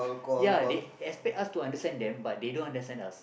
ya they expect us to understand them but they don't understand us